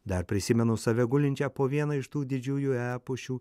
dar prisimenu save gulinčią po viena iš tų didžiųjų epušių